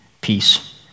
peace